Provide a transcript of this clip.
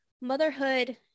Motherhood